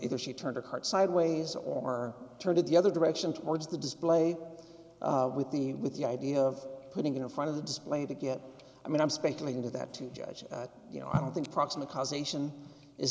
either she turned a cart sideways or turn to the other direction towards the display with the with the idea of putting it in front of the display to get i mean i'm speculating to that to judge you know i don't think proximate cause ation is